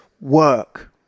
work